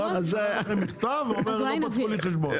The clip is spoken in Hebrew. יכתוב לכם מכתב ויאמר: לא פתחו לי חשבון.